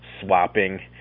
swapping